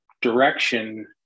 direction